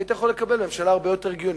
היית יכול לקבל ממשלה הרבה יותר הגיונית,